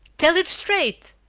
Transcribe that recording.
tell it straight!